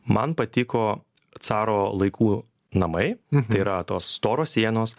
man patiko caro laikų namai tai yra tos storos sienos